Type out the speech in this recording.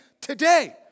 today